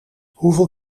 hoeveel